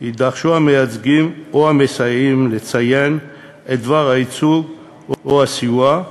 יידרשו המייצגים או המסייעים לציין את דבר הייצוג או הסיוע,